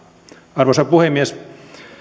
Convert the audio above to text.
arvoisa puhemies